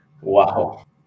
Wow